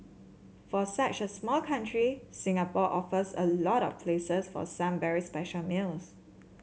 for such a small country Singapore offers a lot of places for some very special meals